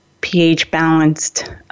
pH-balanced